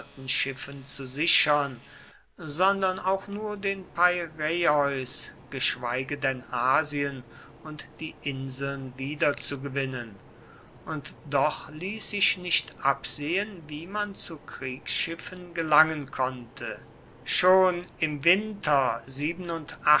piratenschiffen zu sichern sondern auch nur den peiräeus geschweige denn asien und die inseln wiederzugewinnen und doch ließ sich nicht absehen wie man zu kriegsschiffen gelangen konnte schon im winter